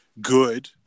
good